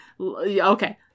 okay